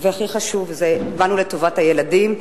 והכי חשוב: באנו לטובת הילדים.